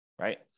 right